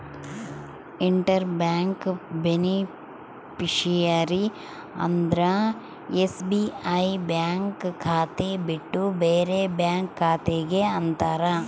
inter bank beneficiary ಅಂದ್ರ SBI bank ಖಾತೆ ಬಿಟ್ಟು ಬೇರೆ ಬ್ಯಾಂಕ್ ಖಾತೆ ಗೆ ಅಂತಾರ